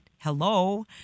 hello